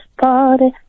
Party